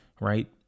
right